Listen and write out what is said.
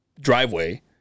Driveway